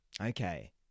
okay